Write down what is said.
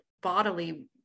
bodily